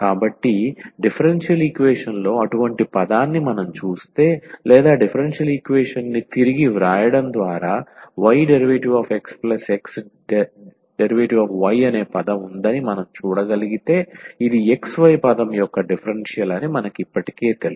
కాబట్టి differential equation లో అటువంటి పదాన్ని మనం చూస్తే లేదా డిఫరెన్షియల్ ఈక్వేషన్ని తిరిగి వ్రాయడం ద్వారా y dx x dy అనే పదం ఉందని మనం చూడగలిగితే ఇది xy పదం యొక్క డిఫరెన్షియల్ అని మనకు ఇప్పటికే తెలుసు